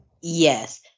Yes